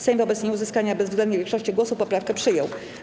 Sejm wobec nieuzyskania bezwzględnej większości głosów poprawkę przyjął.